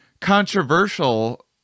controversial